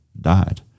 died